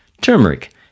Turmeric